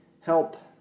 help